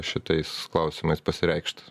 šitais klausimais pasireikšt